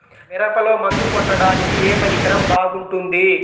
మిరపలో మందు కొట్టాడానికి ఏ పరికరం బాగుంటుంది?